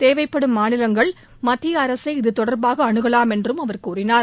தேவைப்படும் மாநிலங்கள் மத்திய அரசை இதுதொடர்பாக அனுகலாம் என்று அவர் தெரிவித்தார்